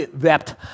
wept